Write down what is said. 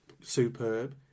superb